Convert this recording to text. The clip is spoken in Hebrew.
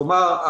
כלומר,